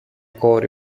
κόρη